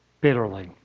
bitterly